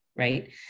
right